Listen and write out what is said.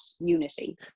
unity